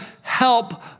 help